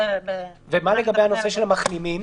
ומה לגבי נושא המחלימים?